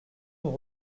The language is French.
nous